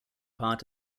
part